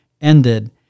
ended